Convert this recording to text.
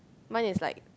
mine is like